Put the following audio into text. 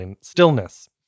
stillness